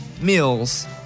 Meals